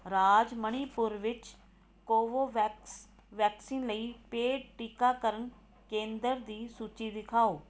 ਰਾਜ ਮਣੀਪੁਰ ਵਿੱਚ Covovax vaccine ਲਈ paid ਟੀਕਾਕਰਨ ਕੇਂਦਰ ਦੀ ਸੂਚੀ ਦਿਖਾਓ